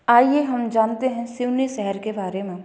आइये हम जानते हैं सिवनी शहर के बारे में